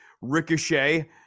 Ricochet